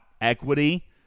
equity